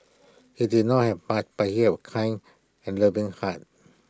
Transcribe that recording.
he did not have but he have A kind and loving heart